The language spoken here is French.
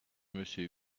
monsieur